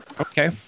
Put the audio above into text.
Okay